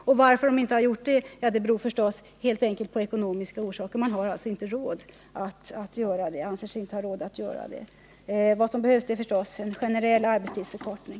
Och varför är det så? Jo, det har helt enkelt ekonomiska orsaker. Man anser sig inte ha råd att göra på detta sätt. Vad som behövs är förstås en generell arbetstidsförkortning.